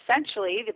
essentially